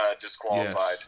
disqualified